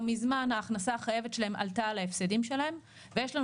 מזמן ההכנסה החייבת שלהם עלתה על ההפסדים שלהם ויש לנו